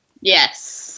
Yes